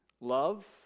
Love